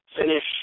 finish